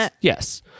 yes